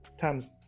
Times